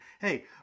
Hey